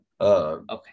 Okay